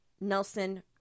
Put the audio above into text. Nelson